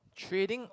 trading